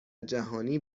جهانی